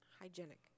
hygienic